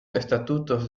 estatutos